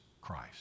Christ